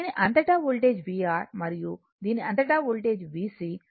దీని అంతటా voltage vR మరియు దీని అంతటా వోల్టేజ్ VC